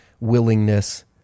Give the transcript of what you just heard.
willingness